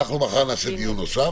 מחר נעשה דיון נוסף